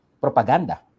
propaganda